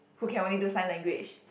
who can only do sign language